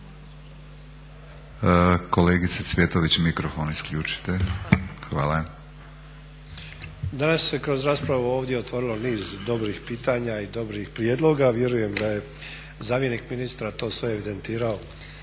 Izvolite. **Sanader, Ante (HDZ)** Danas se kroz raspravu ovdje otvorilo niz dobrih pitanja i dobrih prijedloga a vjerujem da je zamjenik ministra to sve evidentirao